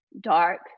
dark